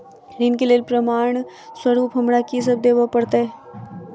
ऋण केँ लेल प्रमाण स्वरूप हमरा की सब देब पड़तय?